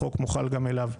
החוק מוחל גם עליו.